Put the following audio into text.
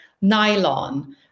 nylon